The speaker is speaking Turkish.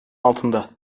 altında